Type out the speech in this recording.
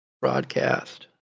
broadcast